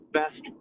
best